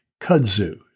kudzu